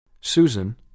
Susan